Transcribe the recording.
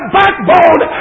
backbone